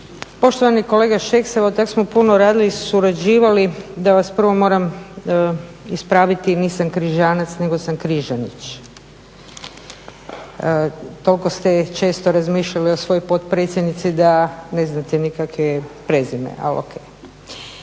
Poštovani kolega Šeks, evo tako smo puno radili i surađivali da vas prvo moram ispraviti. Nisam Križanac nego sam Križanić. Toliko ste često razmišljali o svojoj potpredsjednici da ne znate ni kak' joj je prezime, ali o.k.